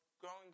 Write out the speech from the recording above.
growing